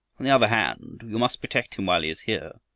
on the other hand you must protect him while he is here.